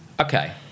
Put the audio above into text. okay